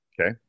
Okay